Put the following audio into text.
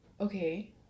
Okay